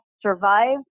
survive